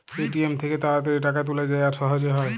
ATM থ্যাইকে তাড়াতাড়ি টাকা তুলা যায় আর সহজে হ্যয়